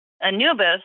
Anubis